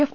F